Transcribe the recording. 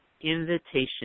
invitation